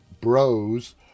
bros